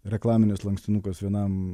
reklaminis lankstinukas vienam